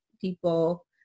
people